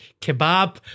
kebab